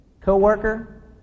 coworker